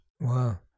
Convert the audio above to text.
Wow